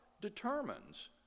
determines